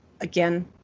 again